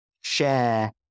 share